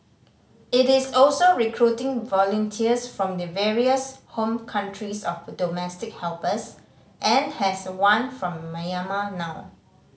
it is also recruiting volunteers from the various home countries of domestic helpers and has one from Myanmar now